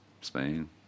Spain